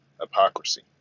hypocrisy